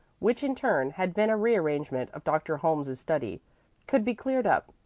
which in turn had been a rearrangment of dr. holmes's study could be cleared up,